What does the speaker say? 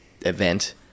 event